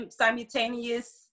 simultaneous